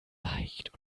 leicht